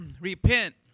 repent